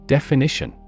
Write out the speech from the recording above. Definition